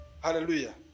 Hallelujah